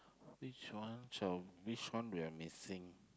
which one so which one we are missing